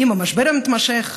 עם המשבר המתמשך,